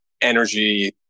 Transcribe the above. energy